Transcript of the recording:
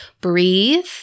Breathe